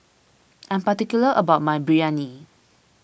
I am particular about my Biryani